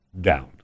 down